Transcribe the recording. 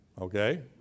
Okay